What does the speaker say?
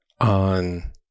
on